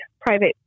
private